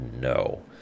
no